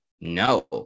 no